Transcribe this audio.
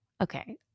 Okay